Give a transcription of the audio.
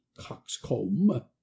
coxcomb